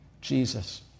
Jesus